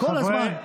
כל הזמן,